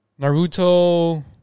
Naruto